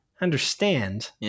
understand